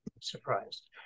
surprised